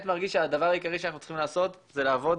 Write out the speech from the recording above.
מרגיש שהדבר העיקרי שאנחנו צריכים לעשות זה לעבוד